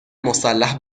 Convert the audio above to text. مسلح